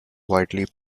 widely